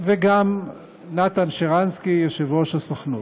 וגם נתן שרנסקי, יושב-ראש הסוכנות.